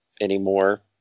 anymore